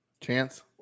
Chance